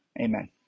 Amen